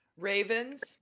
Ravens